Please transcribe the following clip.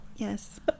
Yes